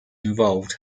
involved